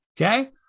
Okay